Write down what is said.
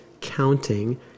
counting